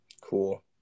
cool